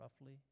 roughly